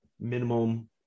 minimum